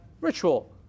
ritual